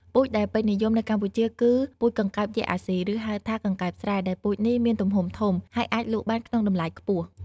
ពូជដែលពេញនិយមនៅកម្ពុជាគឺ ពូជកង្កែបយក្សអាស៊ី ឬហៅថា កង្កែបស្រែ ដែលពូជនេះមានទំហំធំ ហើយអាចលក់បានក្នុងតម្លៃខ្ពស់។